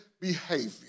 behavior